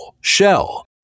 Shell